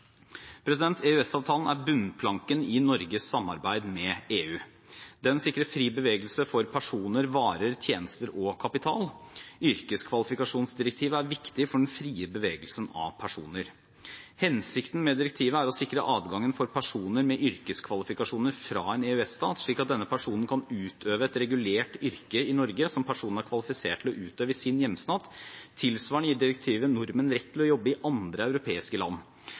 er bunnplanken i Norges samarbeid med EU. Den sikrer fri bevegelse for personer, varer, tjenester og kapital. Yrkeskvalifikasjonsdirektivet er viktig for den frie bevegelsen av personer. Hensikten med direktivet er å sikre adgangen for personer med yrkeskvalifikasjoner fra en EØS-stat, slik at denne personen kan utøve et regulert yrke i Norge som personen er kvalifisert til å utøve i sin hjemstat. Tilsvarende gir direktivet nordmenn rett til å jobbe i andre europeiske land.